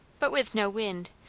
but with no wind,